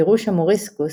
גירוש המוריסקוס,